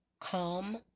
Calm